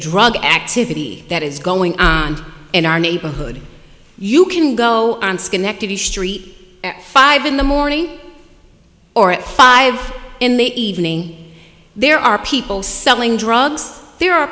drug activity that is going on in our neighborhood you can go on schenectady street at five in the morning or at five in the evening there are people selling drugs there are